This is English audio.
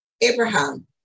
Abraham